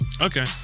Okay